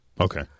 Okay